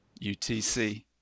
UTC